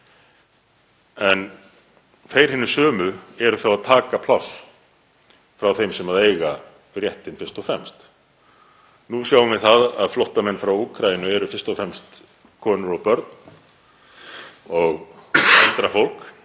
En þeir hinir sömu eru þá að taka pláss frá þeim sem eiga fyrst og fremst réttinn. Við sjáum að flóttamenn frá Úkraínu eru fyrst og fremst konur og börn og eldra fólk